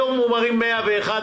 היום הוא מחייג 101,